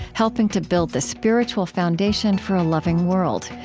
helping to build the spiritual foundation for a loving world.